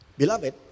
Beloved